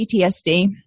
PTSD